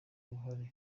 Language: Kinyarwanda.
uruhare